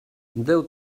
déu